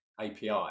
api